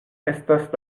estas